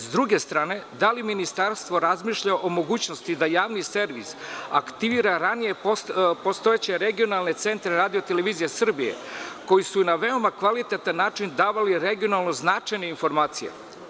S druge strane, da li Ministarstvo razmišlja o mogućnosti da javni servis aktivira ranije postojeće regionalne centre RTS koji su na veoma kvalitetan način davali regionalno značajne informacije?